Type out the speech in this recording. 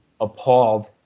appalled